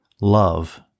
Love